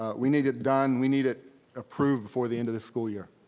ah we need it done, we need it approved before the end of the school year.